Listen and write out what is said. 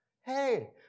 Hey